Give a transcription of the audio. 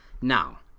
now